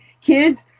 Kids